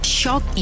shock